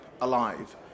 alive